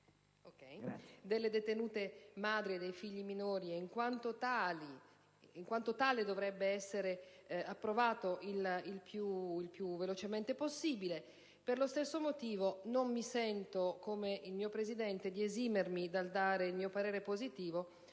delle detenute madri dei figli minori, credo che la stessa debba essere approvata il più velocemente possibile. Per lo stesso motivo, non mi sento, come il mio Presidente, di esimermi dal dare il parere positivo